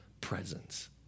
presence